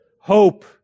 hope